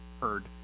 heard